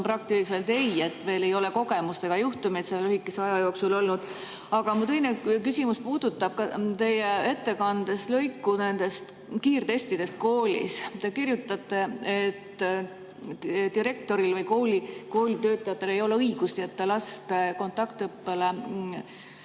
"praktiliselt ei", sest meil ei ole kogemust ega juhtumeid selle lühikese aja jooksul olnud. Aga minu teine küsimus puudutab teie ettekandes lõiku kiirtestidest koolis. Te kirjutate, et direktoril või kooli töötajatel ei ole õigust jätta last kontaktõppele